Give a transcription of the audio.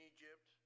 Egypt